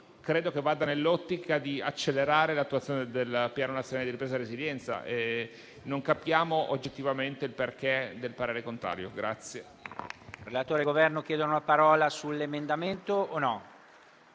credo che ciò vada nell'ottica di accelerare l'attuazione del Piano nazionale di ripresa e resilienza e non capiamo oggettivamente le ragioni del parere contrario.